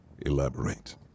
Elaborate